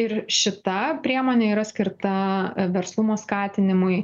ir šita priemonė yra skirta verslumo skatinimui